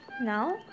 Now